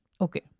Okay